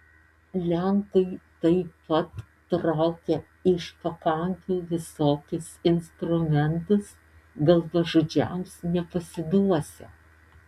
lenkai taip pat traukia iš pakampių visokius instrumentus galvažudžiams nepasiduosią